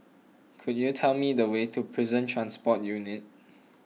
could you tell me the way to Prison Transport Unit